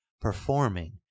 performing